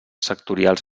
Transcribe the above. sectorials